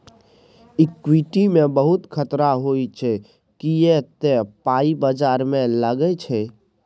equity मे बहुत खतरा होइ छै किए तए पाइ बजार मे लागै छै